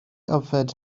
yfed